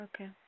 Okay